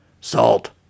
Salt